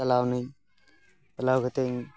ᱪᱟᱞᱟᱣ ᱱᱟᱹᱧ ᱪᱟᱞᱟᱣ ᱠᱟᱛᱮᱧ